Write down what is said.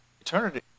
eternity